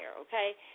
okay